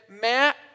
Matt